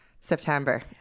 September